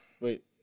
wait